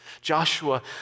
Joshua